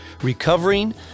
Recovering